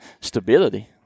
stability